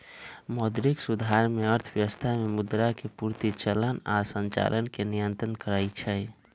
मौद्रिक सुधार में अर्थव्यवस्था में मुद्रा के पूर्ति, चलन आऽ संचालन के नियन्त्रण करइ छइ